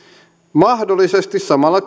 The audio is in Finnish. mahdollisesti samalla